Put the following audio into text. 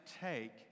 take